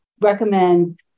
recommend